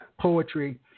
Poetry